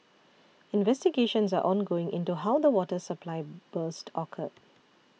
investigations are ongoing into how the water supply burst occurred